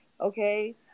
Okay